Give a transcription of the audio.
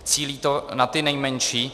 Cílí to na ty nejmenší.